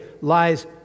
lies